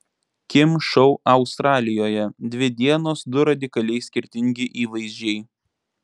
kim šou australijoje dvi dienos du radikaliai skirtingi įvaizdžiai